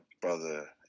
brother